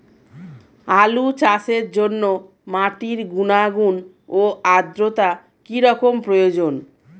আলু চাষের জন্য মাটির গুণাগুণ ও আদ্রতা কী রকম প্রয়োজন?